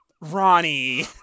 Ronnie